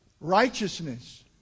righteousness